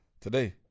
Today